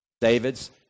David's